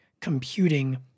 computing